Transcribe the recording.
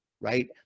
right